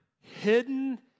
hidden